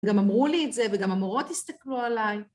גם אמרו לי את זה וגם המורות הסתכלו עליי.